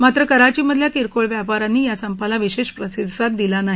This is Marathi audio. मात्र कराचीमधल्या किरकोळ व्यापा यांनी या संपाला विशेष प्रतिसाद दिला नाही